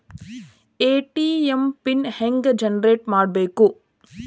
ATM pin ಹೆಂಗ್ generate ಮಾಡಬೇಕು?